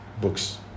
books